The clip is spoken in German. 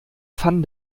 van